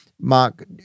Mark